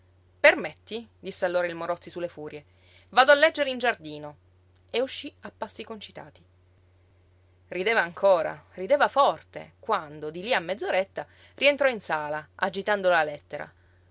permetti disse allora il morozzi su le furie vado a leggere in giardino e uscí a passi concitati rideva ancora rideva forte quando di lí a mezz'oretta rientrò in sala agitando la lettera